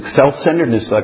self-centeredness